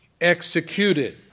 executed